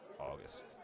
August